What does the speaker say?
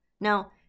Now